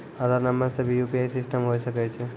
आधार नंबर से भी यु.पी.आई सिस्टम होय सकैय छै?